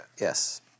Yes